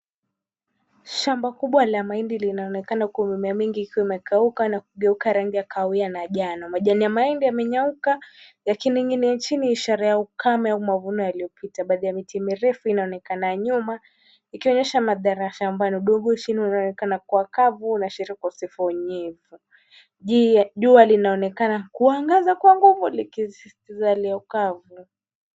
Shamba kubwa la mahindi linaonekana huku mimea mingi ikiwa imekauka na kugeuka rangi ya kahawia na njano. Majani ya mahindi yamenyauka yakining'inia chini ishara ya ukame au mavuno yaliyopita. Baadhi ya miti mirefu inaonekana nyuma ikionyesha madhara ya shambani. Udongo chini unaonekana kuwa kavu unaashiria ukosefu wa unyevu. Jua linaonekana kuangaza kwa nguvu likizalia ukavu.